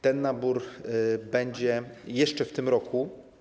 Ten nabór odbędzie się jeszcze w tym roku.